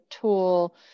tool